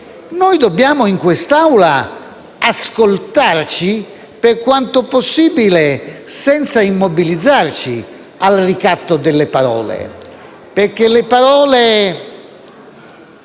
dobbiamo ascoltarci per quanto possibile senza immobilizzarci al ricatto delle parole, perché le parole